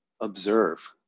observe